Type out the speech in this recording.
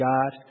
God